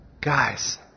Guys